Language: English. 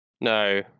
No